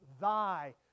thy